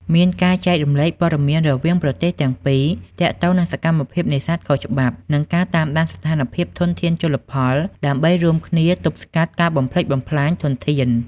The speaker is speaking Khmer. មានការចែករំលែកព័ត៌មានរវាងប្រទេសទាំងពីរទាក់ទងនឹងសកម្មភាពនេសាទខុសច្បាប់ និងការតាមដានស្ថានភាពធនធានជលផល ដើម្បីរួមគ្នាទប់ស្កាត់ការបំផ្លិចបំផ្លាញធនធាន។